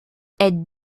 est